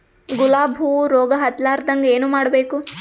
ಗುಲಾಬ್ ಹೂವು ರೋಗ ಹತ್ತಲಾರದಂಗ ಏನು ಮಾಡಬೇಕು?